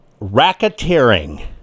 racketeering